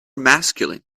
masculine